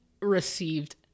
received